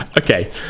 Okay